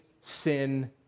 sin